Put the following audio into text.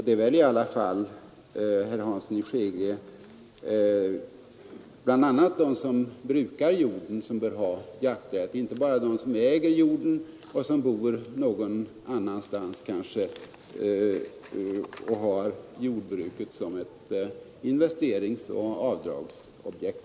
De som brukar jorden bör väl också ha jakträtt, herr Hansson, inte bara de som äger jorden, bor någon annanstans och har jordbruket som ett investeringsoch avdragsobjekt.